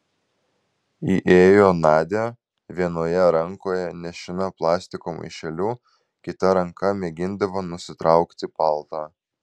įėjo nadia vienoje rankoje nešina plastiko maišeliu kita ranka mėgindama nusitraukti paltą